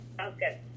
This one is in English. Okay